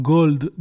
Gold